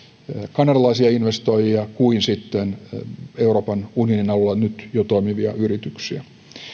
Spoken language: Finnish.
kanadalaisia investoijia kuin sitten myös euroopan unionin alueella nyt jo toimivia yrityksiä